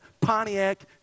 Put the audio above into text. Pontiac